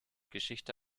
geschichte